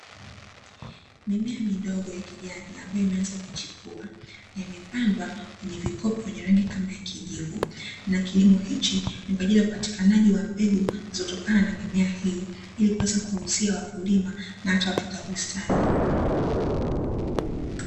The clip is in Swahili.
Mimea midogo ya kijani, ambayo imeanza kuchipua na imepandwa kwenye vikopo vya rangi kama ya kijivu. Na kilimo hiki ni kwa ajili ya upatikanaji wa mbegu zilizotokana na mimea hiyo ili kuweza kuwauzia wakulima na hata watunza bustani.